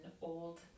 Old